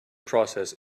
process